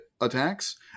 attacks